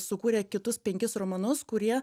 sukūrė kitus penkis romanus kurie